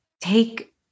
take